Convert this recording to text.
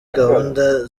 gahunda